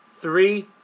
three